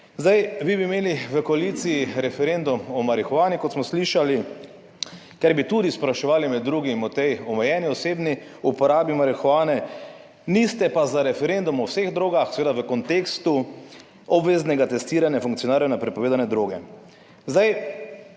Zdaj, vi bi imeli v koaliciji referendum o marihuani, kot smo slišali, kjer bi tudi spraševali med drugim o tej omejeni osebni uporabi marihuane, niste pa za referendum o vseh drogah, seveda v kontekstu obveznega testiranja funkcionarjev na prepovedane droge.